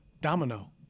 domino